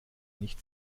nicht